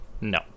No